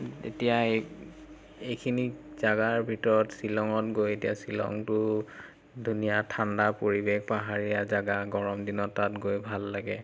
এতিয়া এই এইখিনি জেগাৰ ভিতৰত শ্বিলঙত গৈ এতিয়া শ্বিলংতো ধুনীয়া ঠাণ্ডাৰ পৰিৱেশ পাহাৰীয়া জেগা গৰম দিনত তাত গৈ ভাল লাগে